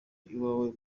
iwawe